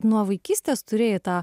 nuo vaikystės turėjai tą